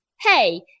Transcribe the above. hey